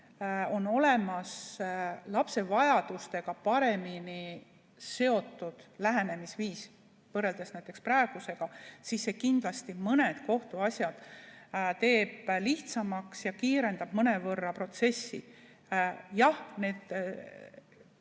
on olemas lapse vajadustega paremini seotud lähenemisviis, võrreldes näiteks praegusega, siis see kindlasti mõned kohtuasjad teeb lihtsamaks ja mõnevõrra kiirendab protsessi. Jah, need